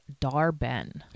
Darben